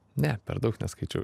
ne per daug neskaičiau